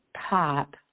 pop